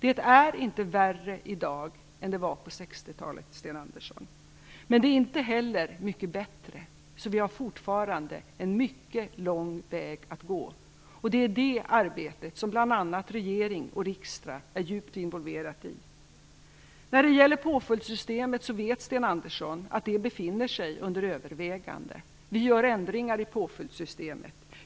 Det är inte värre i dag än det var på 60-talet, Sten Andersson! Men det är inte heller mycket bättre. Vi har fortfarande en lång väg att gå, och det arbetet är bl.a. regering och riksdag djupt involverade i. Sten Andersson vet att förändringar av påföljdssystemet nu övervägs. Vi gör ändringar i påföljdssystemet.